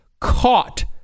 caught